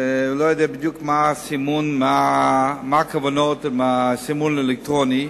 ולא יודע בדיוק מה הכוונות בסימון האלקטרוני,